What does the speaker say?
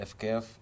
FKF